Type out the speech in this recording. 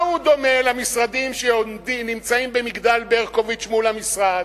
מה הוא דומה למשרדים שנמצאים במגדל-ברקוביץ מול המשרד?